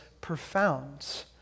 profound